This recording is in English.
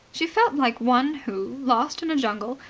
she felt like one who, lost in a jungle,